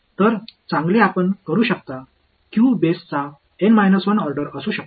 तर चांगले आपण करू शकता क्यू बेसचा एन - 1 ऑर्डर असू शकतो